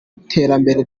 iterambere